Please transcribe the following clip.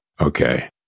Okay